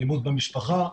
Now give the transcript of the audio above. אלימות במשפחה,